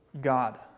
God